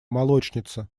молочница